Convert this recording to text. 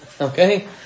Okay